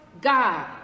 God